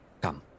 Come